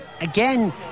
again